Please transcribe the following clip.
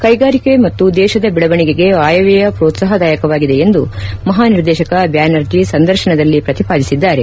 ಕೈಗಾರಿಕಾ ಮತ್ತು ದೇಶದ ಬೆಳವಣಿಗೆಗೆ ಆಯವ್ಯಯ ಪ್ರೋತ್ಸಾಹದಾಯಕವಾಗಿದೆ ಎಂದು ಮಹಾನಿರ್ದೇಶಕ ಬ್ಯಾನರ್ಜಿ ಸಂದರ್ಶನದಲ್ಲಿ ಪ್ರತಿಪಾದಿಸಿದ್ದಾರೆ